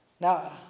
Now